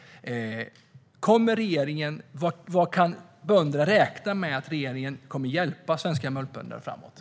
Vad kan svenska mjölkbönder räkna med att regeringen kommer att hjälpa dem med framöver?